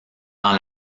dans